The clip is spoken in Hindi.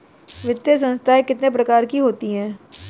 वित्तीय संस्थाएं कितने प्रकार की होती हैं?